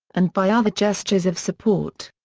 and by other gestures of support.